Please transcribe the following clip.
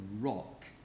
rock